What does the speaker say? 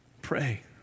pray